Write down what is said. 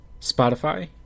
Spotify